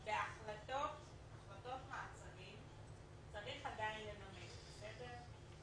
בהחלטות מעצרים צריך עדיין לנמק, בסדר?